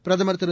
பிரதமர் திரு